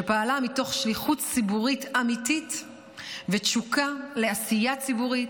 שפעלה מתוך שליחות ציבורית אמיתית ותשוקה לעשייה ציבורית,